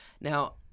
Now